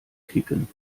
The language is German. kicken